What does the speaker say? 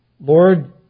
Lord